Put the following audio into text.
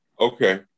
Okay